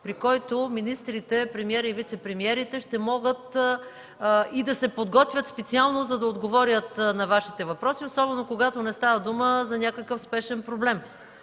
при която министрите, премиерът и вицепремиерите ще могат да се подготвят специално, за да отговорят на Вашите въпроси, особено когато не става дума за някакъв спешен проблем.